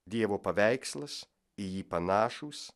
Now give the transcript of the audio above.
dievo paveikslas į jį panašūs